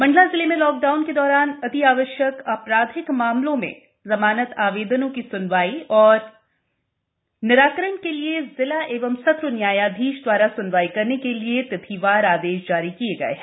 मंडला जिले में लाकडाउन के दौरान अत्यावश्यक आपराधिक मामलों में जमानत आवेदनों की स्नवाई एवं निराकरण के लिए जिला एवं सत्र न्यायाधीश द्वारा स्नवाई करने के लिए तिथिवार आदेश जारी किए गये हैं